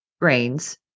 grains